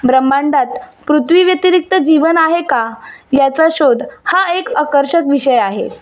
ब्रहम्मांडात पृथ्वी व्यतिरिक्त जीवन आहे का याचा शोध हा एक आकर्षक विषय आहे